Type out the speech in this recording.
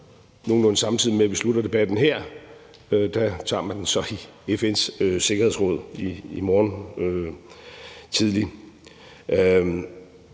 nogenlunde samtidig med at vi slutter debatten her, så tager den i FN's Sikkerhedsråd. Man kan